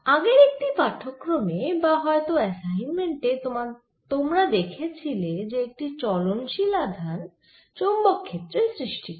আগের একটি পাঠক্রমে বা হয়ত অ্যাসাইনমেন্টে তোমরা দেখেছিলে যে একটি চলনশীল আধান চৌম্বক ক্ষেত্রের সৃষ্টি করে